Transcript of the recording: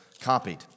copied